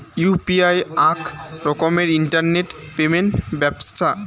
UPI আক রকমের internet payment ব্যবছথা